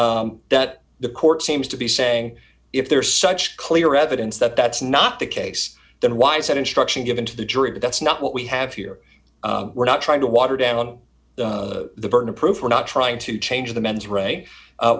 that the court seems to be saying if there is such clear evidence that that's not the case then why is that instruction given to the jury but that's not what we have here we're not trying to water down the burden of proof we're not trying to change the mens r